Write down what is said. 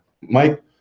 Mike